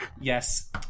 Yes